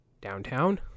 downtown